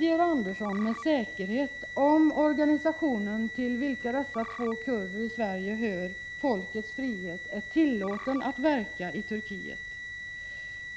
Georg Andersson med säkerhet om den organisation till vilken dessa två kurder i Sverige hör — Folkets frihet — är tillåten att verka i Turkiet?